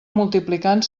multiplicant